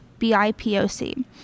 BIPOC